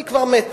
היא כבר מתה.